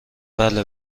بله